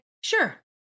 sure